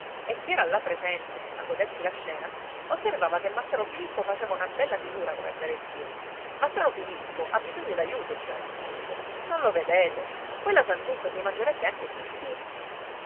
e chi era là presente a godersi la scena osservava che massaro filippo faceva una bella figura com'è vero dio massaro filippo ha bisogno d'aiuto diceva pizzuto non lo vedete quella santuzza si mangerebbe anche il crocifisso